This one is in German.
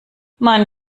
man